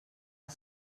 els